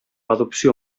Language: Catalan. adopció